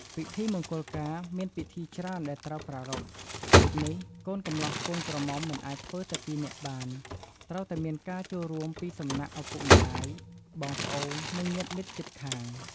ពិធីមង្គលការមានពិធីច្រើនដែលត្រូវប្រារព្ធដូចនេះកូនកម្លោះកូនក្រមុំមិនអាចធ្វើតែពីរនាក់បានត្រូវតែមានការចូលរួមពីសំណាក់ឪពុកម្តាយ បងប្អូន និងញាតិមិត្តជិតខាង។